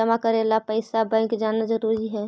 जमा करे ला पैसा बैंक जाना जरूरी है?